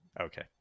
okay